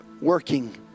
working